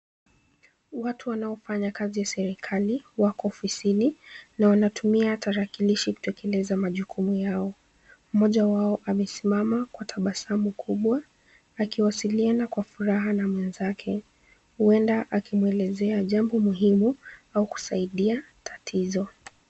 Watu wanaofanya kazi ya serikali wako ofisini naa wanatumia tarakilishi kutekeleza majukumu yao ,mmoja wao amesimama kwa tabasamu kubwa akiwasiliana kwa furaha na mwenzake ,uenda akimwelezea jambo muhimu au kusaidia tatizo .